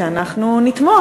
שאנחנו נתמוך.